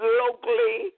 locally